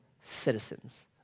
citizens